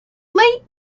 late